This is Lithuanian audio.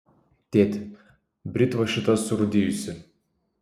tėti britva šita surūdijusi